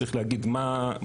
צריך להגיד מה,